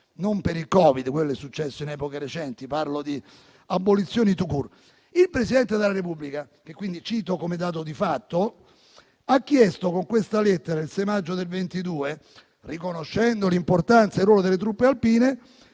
non per il Covid, che è successo in epoca recente, parlo di abolizioni *tout court*. Il Presidente della Repubblica - cito come dato di fatto -, con questa lettera del 6 maggio 2022, riconoscendo l'importanza e il valore delle truppe alpine,